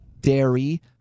dairy